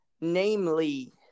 namely